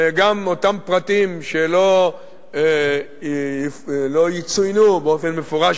וגם אותם פרטים שלא יצוינו באופן מפורש